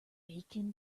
bacon